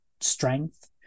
strength